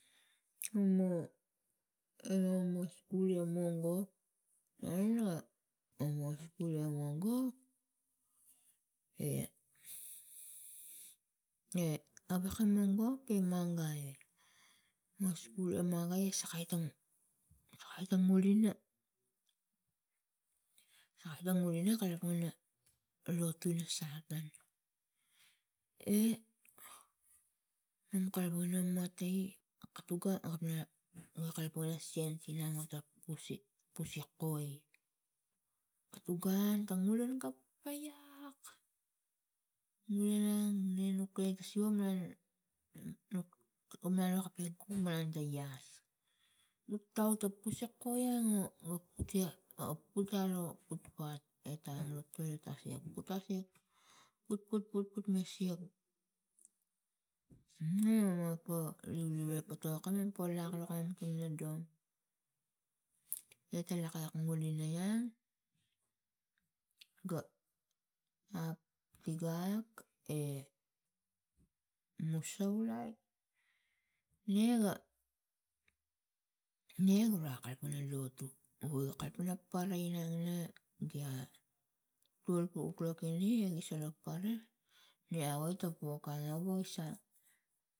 Mo ala mo skul la mongop a no skul lo mongop e ewak. Mongop e mangai no skul e mangai e sakai tang sakai tang ngulina sakai tang ngulina kalapang ina lotu lo satan e mam kalapang ina matai katu ga kapna na kalapang ina sens inang ota puse puse koi katu gun ta ngulan ga paiak ngule nang ne nuk gaiak ta siva nanuk manape ta ku malang ta ias nuk tau ta puse koiang o ga putia ga putia aro kulpa etang lo putasiak putasiak put put put masiak ngapo leu leu epatoka pa lak lokam enodong nata lakiak ngule ta iang ga ap tigak e musau lai ne ga ne gura kalapang pana lotu o ga kalapang na para inang la gia twalve o'clock ini a gi sala para nia woi ti pokana wo gisang.